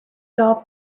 golf